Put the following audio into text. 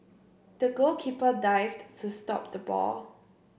the goalkeeper dived to stop the ball